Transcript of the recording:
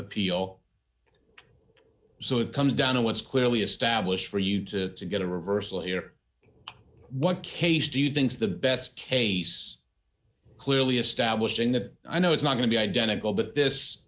appeal so it comes down to what's clearly established for you to get a reversal here what case do you think is the best case clearly establishing that i know it's not going to be identical but this